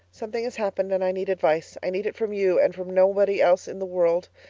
something has happened and i need advice. i need it from you, and from nobody else in the world.